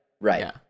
Right